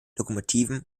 lokomotiven